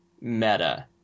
meta